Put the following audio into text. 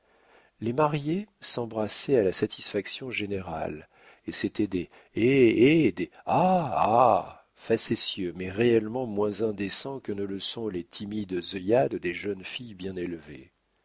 les mariés s'embrassaient à la satisfaction générale et c'étaient des hé hé des ha ha facétieux mais réellement moins indécents que ne le sont les timides œillades des jeunes filles bien élevées